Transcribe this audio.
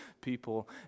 people